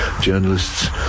journalists